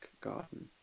Garden